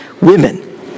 women